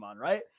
right